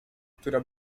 która